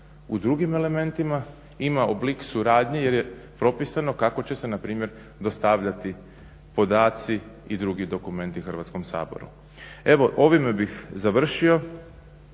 u drugim elementima ima oblik suradnje jer je propisano kako će se npr. dostavljati podaci i drugi dokumenti Hrvatskom saboru. Evo, ovime bih završio.